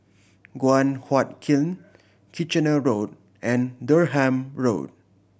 Guan Huat Kiln Kitchener Road and Durham Road